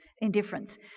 indifference